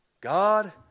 God